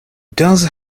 does